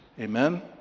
Amen